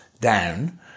down